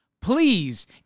Please